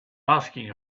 asking